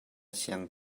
sianginn